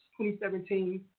2017